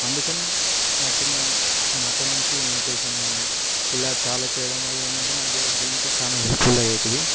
అందుకని నా చిన్న నేను అప్పటి నుంచి మెడిటేషన్ కానీ ఇలా చాలా చేయడం వల్ల ఏంటంటే నా గేమ్కి చాలా హెల్ప్ఫుల్ అయ్యేది